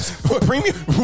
Premium